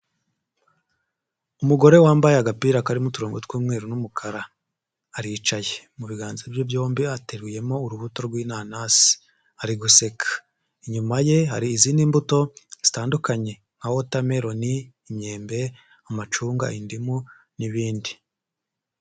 Umugore wambaye agapira karimo uturongo tw'umweru n'umukara aricaye, mu biganza bye byombi ateruyemo urubuto rw'inanasi ari guseka, inyuma ye hari izindi mbuto zitandukanye nka wotameroni, imyembe, amacunga, indimu n'ibindi.